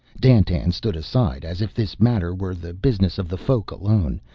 dandtan stood aside, as if this matter were the business of the folk alone,